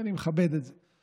ואני מכבד את זה.